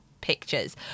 pictures